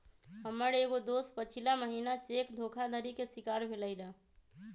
हमर एगो दोस पछिला महिन्ना चेक धोखाधड़ी के शिकार भेलइ र